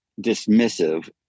dismissive